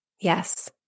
Yes